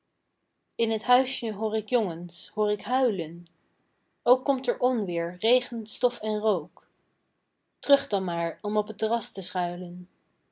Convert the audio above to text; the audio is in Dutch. in t huisjen hoor ik jongens hoor ik huilen ook komt er onweer regen stof en rook terug dan maar om op t terras te schuilen